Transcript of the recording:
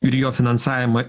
ir jo finansavimą